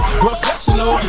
professional